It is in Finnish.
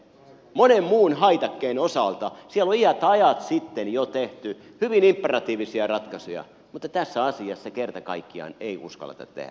monen muun haitakkeen osalta siellä on jo iät ja ajat sitten tehty hyvin imperatiivisia ratkaisuja mutta tässä asiassa kerta kaikkiaan ei uskalleta tehdä